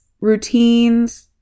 routines